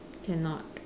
cannot